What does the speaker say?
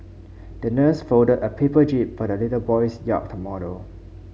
the nurse folded a paper jib for the little boy's yacht model